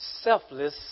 Selfless